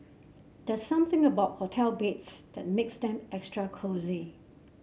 there's something about hotel beds that makes them extra cosy